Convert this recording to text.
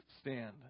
stand